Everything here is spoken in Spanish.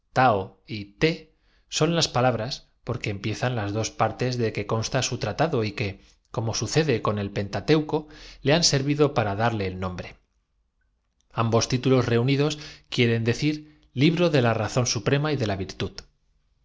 son las palabras porque empiezan ramas del mismo tronco sus diferencias son tan in las dos partes de que consta su tratado y que como significantes que no merecen ser reseñadas sino com sucede con el pentateuco le han servido para darle el prendidas en el principio fundamental de la religión nombre ambos títulos reunidos quieren decir libro de los tao ssé cuya consecuencia fué elevar á dogma de la razón suprema y de la virtud